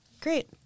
Great